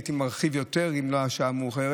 הייתי מרחיב יותר אם זו לא הייתה שעה מאוחרת,